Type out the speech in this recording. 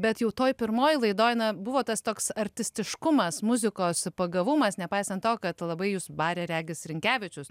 bet jau toj pirmoj laidoj na buvo tas toks artistiškumas muzikos pagavumas nepaisant to kad labai jus barė regis rinkevičius